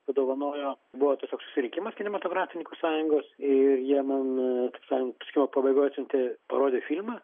padovanojo buvo tiesiog susirinkimas kinematografininkų sąjungos ir jie man taip sakant jo pabaigoj atsiuntė parodė filmą